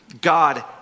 God